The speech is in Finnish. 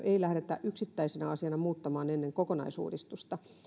ei lähdetä yksittäisenä asiana muuttamaan ennen kokonaisuudistusta